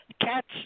cats